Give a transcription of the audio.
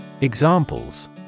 Examples